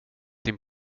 din